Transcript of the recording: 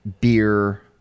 beer